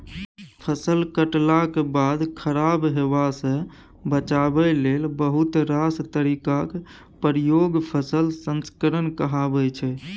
फसल कटलाक बाद खराब हेबासँ बचाबै लेल बहुत रास तरीकाक प्रयोग फसल संस्करण कहाबै छै